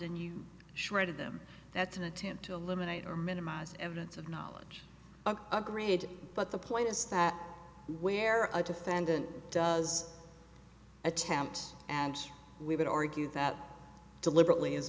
and you shredded them that's an attempt to eliminate or minimize evidence of knowledge of a grid but the point is that where a defendant does attempt and we would argue that deliberately is